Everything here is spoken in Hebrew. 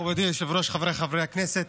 מכובדי היושב-ראש, חבריי חברי הכנסת,